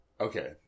Okay